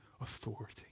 authority